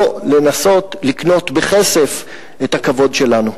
לא לנסות לקנות בכסף את הכבוד שלנו.